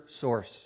source